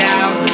out